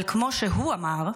אבל כמו שהוא אמר,